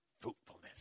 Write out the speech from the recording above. fruitfulness